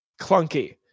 clunky